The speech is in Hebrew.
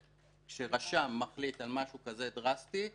כשרשם מחליט על משהו דרסטי כזה,